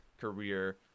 career